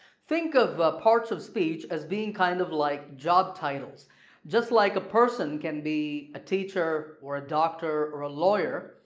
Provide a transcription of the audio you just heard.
think of parts of speech as being kind of like job titles just like a person can be a teacher or a doctor or a lawyer